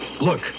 Look